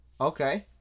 Okay